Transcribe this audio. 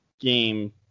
game